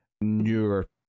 newer